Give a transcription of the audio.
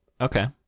Okay